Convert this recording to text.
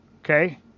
okay